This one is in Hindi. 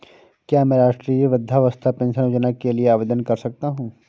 क्या मैं राष्ट्रीय वृद्धावस्था पेंशन योजना के लिए आवेदन कर सकता हूँ?